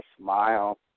smile